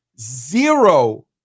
zero